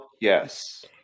Yes